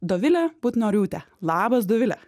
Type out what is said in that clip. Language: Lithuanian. dovilė butnoriūtė labas dovile